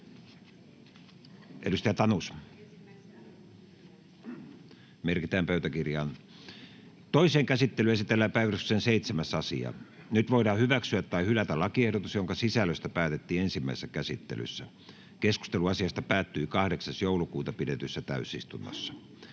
muuttamisesta Time: N/A Content: Toiseen käsittelyyn esitellään päiväjärjestyksen 7. asia. Nyt voidaan hyväksyä tai hylätä lakiehdotus, jonka sisällöstä päätettiin ensimmäisessä käsittelyssä. Keskustelu asiasta päättyi 8.12.2022 pidetyssä täysistunnossa.